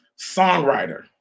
songwriter